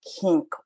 kink